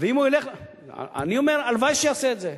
אני אומר: הלוואי שיעשה את זה,